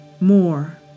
more